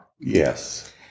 Yes